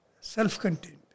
self-contained